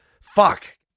Fuck